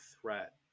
threat